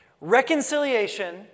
Reconciliation